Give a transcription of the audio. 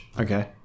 Okay